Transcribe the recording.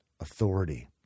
authority